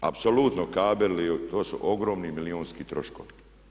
Apsolutno kabeli, to su ogromni milijunski troškovi.